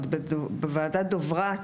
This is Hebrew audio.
עוד בוועדת דברת,